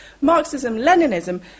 Marxism-Leninism